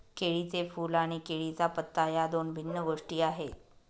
केळीचे फूल आणि केळीचा पत्ता या दोन भिन्न गोष्टी आहेत